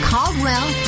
Caldwell